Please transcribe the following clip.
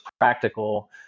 practical